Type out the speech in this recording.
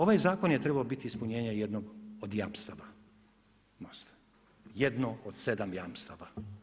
Ovaj zakon je trebao biti ispunjenje jednog od jamstava MOST-a, jedno od sedam jamstava.